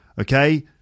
okay